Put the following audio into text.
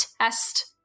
test